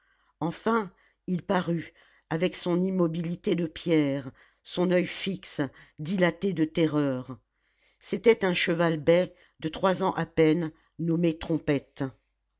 enfin il parut avec son immobilité de pierre son oeil fixe dilaté de terreur c'était un cheval bai de trois ans à peine nommé trompette